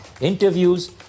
interviews